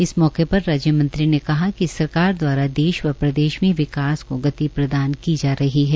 इस मौके पर राज्यमंत्री ने कहा कि सरकार द्वारा देश व प्रदेश में विकास को गति प्रदान की जा रही है